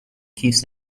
keys